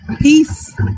peace